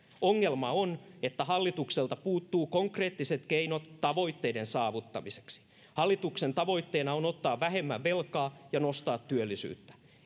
ongelma on että hallitukselta puuttuvat konkreettiset keinot tavoitteiden saavuttamiseksi hallituksen tavoitteena on ottaa vähemmän velkaa ja nostaa työllisyyttä